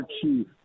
chief